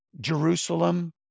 jerusalem